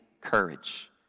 courage